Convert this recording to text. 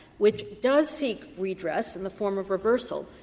which does seek redress in the form of reversal,